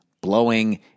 blowing